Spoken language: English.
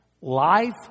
life